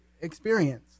experience